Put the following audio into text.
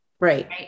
Right